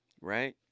right